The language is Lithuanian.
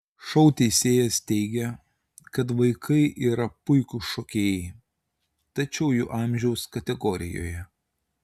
šou teisėjas teigė kad vaikai yra puikūs šokėjai tačiau jų amžiaus kategorijoje